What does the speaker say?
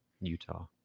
Utah